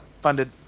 funded